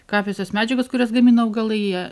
kvapiosios medžiagos kurias gamina augalai jie